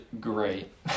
great